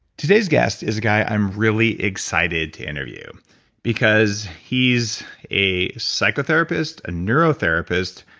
today's guest is a guy i'm really excited to interview because he's a psychotherapist, a neuro therapist,